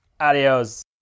Adios